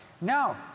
No